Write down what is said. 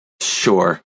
Sure